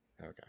Okay